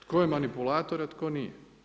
Tko je manipulator, a tko nije.